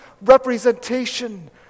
representation